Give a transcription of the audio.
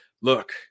Look